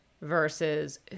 versus